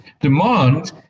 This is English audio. demand